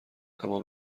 اما